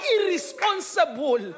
irresponsible